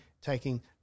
taking